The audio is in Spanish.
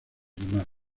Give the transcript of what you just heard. demás